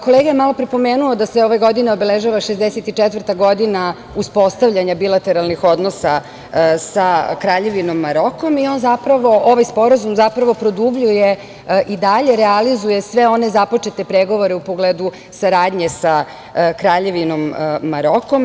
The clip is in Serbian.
Kolega je malopre pomenuo da se ove godine obeležava 64. godina uspostavljanja bilateralnih odnosa sa Kraljevinom Marokom i ovaj Sporazum zapravo produbljuje i dalje realizuje sve one započete pregovore u pogledu saradnje sa Kraljevinom Maroko.